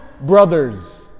brothers